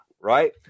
right